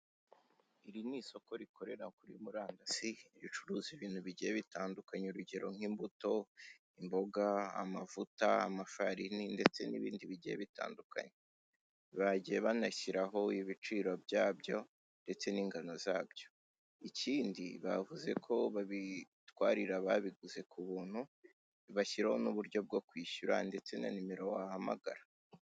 Iri ni isoko rikorera kuri murandasi ricuruza ibintu bigiye bitandukanye urugero nk'imbuto, imboga, amavuta, amafarini ndetse n'ibindi bigiye bitandukanye. Bagiye banashyiraho ibiciro byabyo ndetse n'ingano zabyo. Ikindi bavuze ko babitwarira ababiguze ku buntu, bashyiraho n'uburyo bwo kwishyura ndetse na nimero wahamagara.